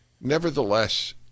Nevertheless